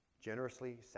Generously